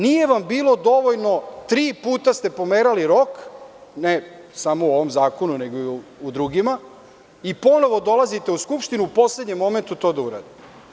Nije vam bilo dovoljno, tri puta ste pomerali rok, ne samo u ovom zakonu nego i u drugima i ponovo dolazite u Skupštinu u poslednjem momentu to da uradite.